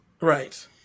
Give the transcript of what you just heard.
Right